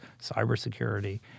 cybersecurity